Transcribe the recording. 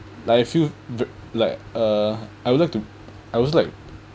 like I feel like uh I would like to I was like